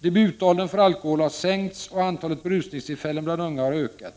Debutåldern för alkohol har sänkts, och antalet berusningstillfällen bland unga har ökat.